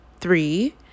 three